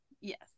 Yes